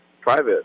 private